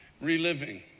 reliving